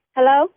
Hello